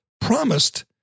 promised